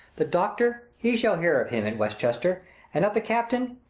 the doctor, he shall hear of him at west-chester and of the captain,